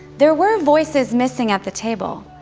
there were voices missing at the table.